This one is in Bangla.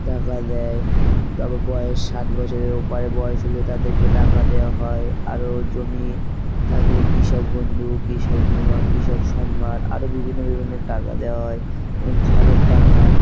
টাকা দেয় তারপর বয়স ষাট বছরের ওপরে বয়স হলে তাদেরকে টাকা দেওয়া হয় আরও জমি থাকলে কৃষক বন্ধু কৃষক বিমা কৃষক সম্মান আরও বিভিন্ন বিভিন্ন টাকা দেওয়া হয় এবং ঘরের টাকা